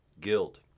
guild